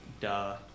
Duh